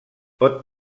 pot